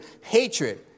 hatred